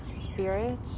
spirit